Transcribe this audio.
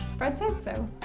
fred said so.